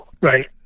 Right